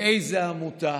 לאיזו עמותה,